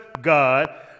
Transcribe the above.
God